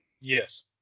Yes